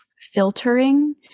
filtering